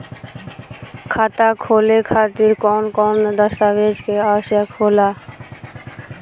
खाता खोले खातिर कौन कौन दस्तावेज के आवश्यक होला?